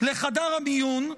לחדר המיון,